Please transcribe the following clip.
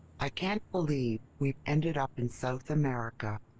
i can't believe we've ended up in south america,